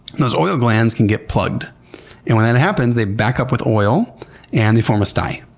and those oil glands can get plugged and when that happens, they back up with oil and they form a sty.